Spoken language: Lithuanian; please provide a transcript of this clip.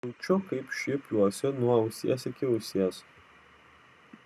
jaučiu kaip šiepiuosi nuo ausies iki ausies